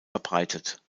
verbreitet